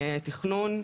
תכנון,